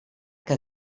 que